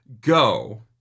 go